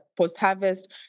post-harvest